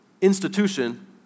institution